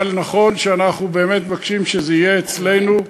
אבל נכון שאנחנו באמת מבקשים שזה יהיה אצלנו,